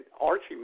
Archie